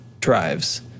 drives